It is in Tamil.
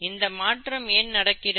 இந்த மாற்றம் ஏன் நடக்கிறது